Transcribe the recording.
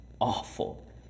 awful